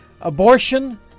abortion